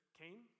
came